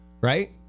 Right